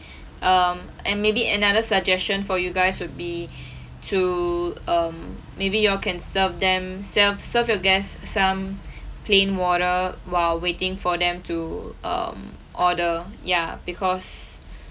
um and maybe another suggestion for you guys would be to um maybe you all can serve them self serve your guest some plain water while waiting for them to um order ya because